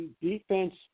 defense